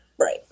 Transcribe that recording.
Right